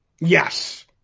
Yes